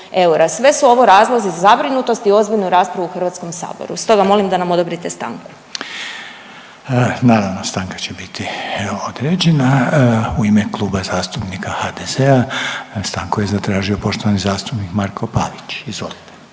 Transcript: Sve su ovo razlozi za zabrinutost i ozbiljnu raspravu u HS-u. Stoga molim da nam odobrite stanku. **Reiner, Željko (HDZ)** Naravno, stanka će biti određena. U ime Kluba zastupnika HDZ-a stanku je zatražio poštovani zastupnik Marko Pavić. Izvolite.